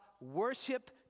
worship